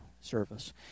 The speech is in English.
service